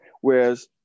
Whereas